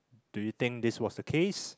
do you think this was the case